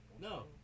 No